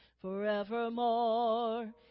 Forevermore